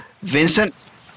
Vincent